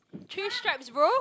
three stripes bro